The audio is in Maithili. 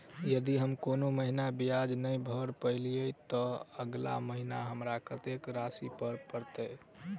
यदि हम कोनो महीना ब्याज नहि भर पेलीअइ, तऽ अगिला महीना हमरा कत्तेक राशि भर पड़तय?